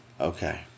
okay